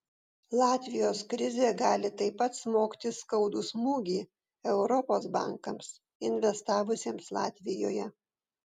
latvijos krizė gali taip pat smogti skaudų smūgį europos bankams investavusiems latvijoje